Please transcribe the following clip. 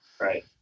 Right